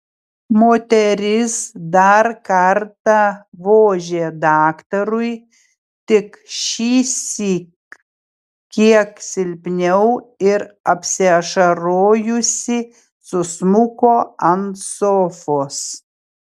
moteris dar kartą vožė daktarui tik šįsyk kiek silpniau ir apsiašarojusi susmuko ant sofos